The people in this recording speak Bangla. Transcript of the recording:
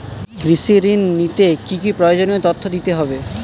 কৃষি ঋণ নিতে কি কি প্রয়োজনীয় তথ্য দিতে হবে?